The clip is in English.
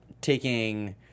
taking